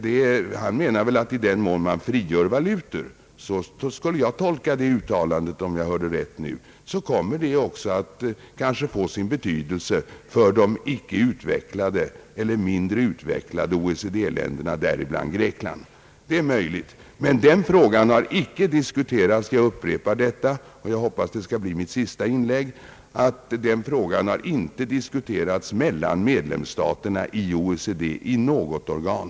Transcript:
Han menade väl att i den mån man frigör valutor — så skulle jag tolka det uttalandet, om jag hörde rätt nu — så kommer det kanske också att få sin betydelse för de icke utvecklade eller mindre utvecklade OECD-länderna, däribland Grekland. Det är möjligt. Men den frågan har — jag upprepar detta, och jag hoppas att det skall bli mitt sista inlägg — icke diskuterats mellan medlemsstaterna i något av OECD:s organ.